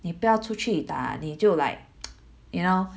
你不要出去打你就 like you know